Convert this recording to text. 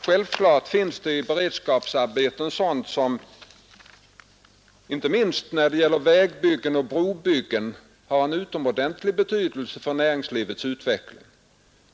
Självfallet finns det bland beredskapsarbetena sådant som har en utomordentlig betydelse för näringslivets utveckling; det gäller inte minst vägbyggen och brobyggen.